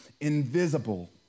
invisible